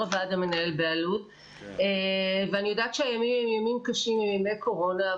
אני יודעת שהימים הם ימים קשים, הם ימי קורונה.